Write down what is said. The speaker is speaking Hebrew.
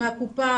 מהקופה.